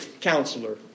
Counselor